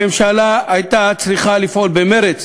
הממשלה הייתה צריכה לפעול במרץ